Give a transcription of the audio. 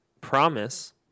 promise